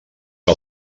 que